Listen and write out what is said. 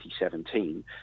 2017